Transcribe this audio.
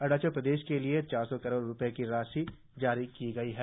अरुणाचल प्रदेश के लिए चार सौ करोड़ की राशि जारी की गई है